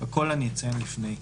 הכול אציין לפני.